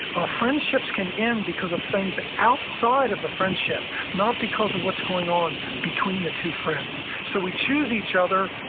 ah friendships can end because of things outside of the friendship, not because of what's going on between the two friends. so we choose each other,